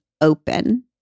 open